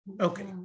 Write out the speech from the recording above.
Okay